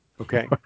Okay